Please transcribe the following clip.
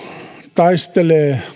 taistelee